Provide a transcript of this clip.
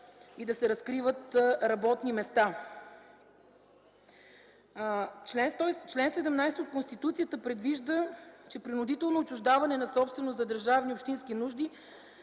и да се разкриват работни места. Член 17 от Конституцията предвижда „Принудително отчуждаване на собственост за държавни и общински нужди